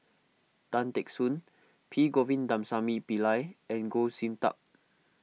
Tan Teck Soon P Govindasamy Pillai and Goh Sin Tub